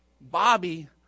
bobby